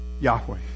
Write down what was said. Yahweh